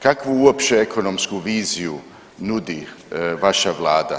Kakvu uopće ekonomsku viziju nudi vaša Vlada?